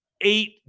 eight